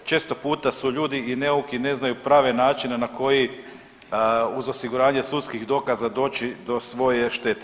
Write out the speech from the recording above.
Često puta su ljudi i neuki, ne znaju prave načine na koji uz osiguranje sudskih dokaza doći do svoje štete.